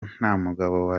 ntagomba